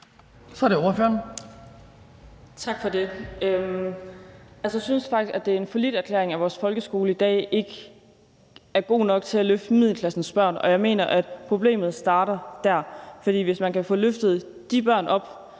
Andresen (LA): Tak for det. Jeg synes faktisk, at det er en falliterklæring, at vores folkeskole i dag ikke er god nok til at løfte middelklassens børn, og jeg mener, at problemet starter der, for hvis man kan få løftet de børn,